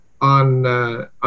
on